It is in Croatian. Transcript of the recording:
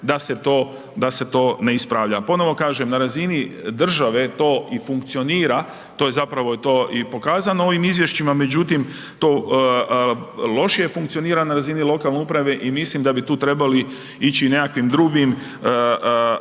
da se to ne ispravlja. Ponovo kažem na razini države to i funkcionira, to je zapravo i to i pokazano ovim izvješćima, međutim to lošije funkcionira na razini lokalne uprave i mislim da bi tu trebali ići nekakvim drugim